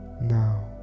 Now